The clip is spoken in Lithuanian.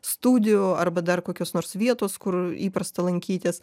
studijų arba dar kokios nors vietos kur įprasta lankytis